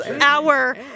hour